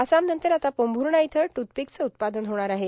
आसामनंतर आता पोंभुणा येथे दूथपिक चे उत्पादन होणार आहे